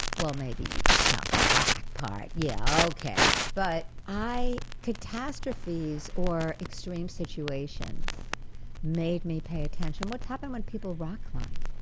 well, maybe you could count the back part. yeah, okay but i. catastrophes, or extreme situations made me pay attention. what's happened when people rock climb?